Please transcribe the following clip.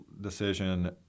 decision